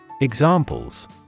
Examples